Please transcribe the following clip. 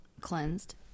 cleansed